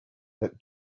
that